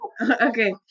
Okay